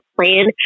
plan